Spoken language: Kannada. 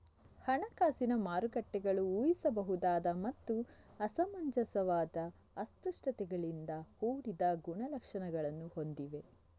ಹಣಕಾಸಿನ ಮಾರುಕಟ್ಟೆಗಳು ಊಹಿಸಬಹುದಾದ ಮತ್ತು ಅಸಮಂಜಸವಾದ ಅಸ್ಪಷ್ಟತೆಗಳಿಂದ ಕೂಡಿದ ಗುಣಲಕ್ಷಣಗಳನ್ನು ಹೊಂದಿವೆ